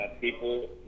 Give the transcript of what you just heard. people